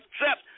accept